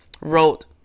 wrote